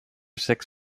six